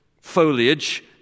foliage